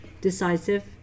decisive